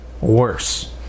worse